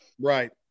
Right